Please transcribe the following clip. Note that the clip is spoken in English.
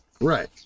Right